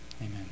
Amen